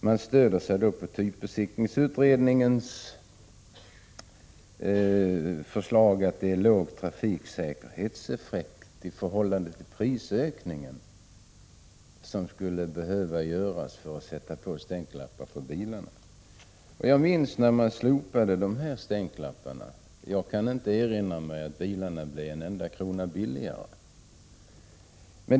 Man stöder sig på typbesiktningsutredningens uttalande om att trafiksäkerhetseffekten skulle vara låg i förhållande till de prisökningar som det skulle leda till att förse bilarna med stänklappar. Jag minns när man slopade stänklapparna, men jag kan inte erinra mig att bilarna blev en enda krona billigare.